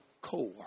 core